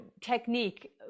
technique